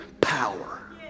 power